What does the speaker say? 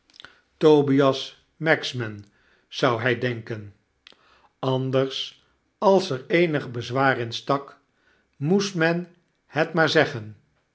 tobias magsman zou hij denken anders als er eenig bezwaar in stak moest men het maar zeggen